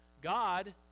god